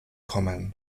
kommen